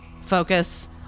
focus